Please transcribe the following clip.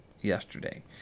yesterday